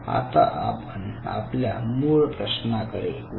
आता आपण आपल्या मूळ प्रश्नाकडे वळू